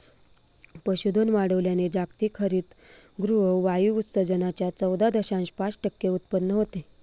पशुधन वाढवल्याने जागतिक हरितगृह वायू उत्सर्जनाच्या चौदा दशांश पाच टक्के उत्पन्न होते